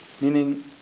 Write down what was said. Meaning